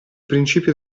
principio